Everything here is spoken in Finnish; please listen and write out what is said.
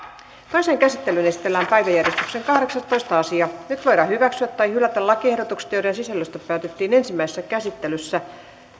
toiseen käsittelyyn esitellään päiväjärjestyksen kahdeksastoista asia nyt voidaan hyväksyä tai hylätä lakiehdotukset joiden sisällöstä päätettiin ensimmäisessä käsittelyssä